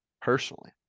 personally